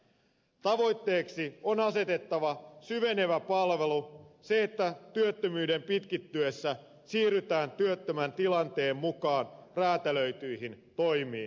tavoitteeksi on asetettava syvenevä palvelu se että työttömyyden pitkittyessä siirrytään työttömän tilanteen mukaan räätälöityihin toimiin